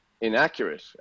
inaccurate